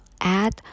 add